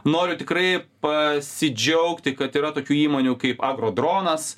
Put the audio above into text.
noriu tikrai pasidžiaugti kad yra tokių įmonių kaip agrodronas